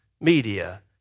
media